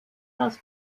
das